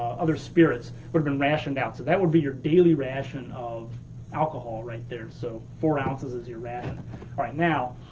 other spirits, would've been rationed out. so that would be your daily ration of alcohol right there. so, four ounces is your ration. all right now,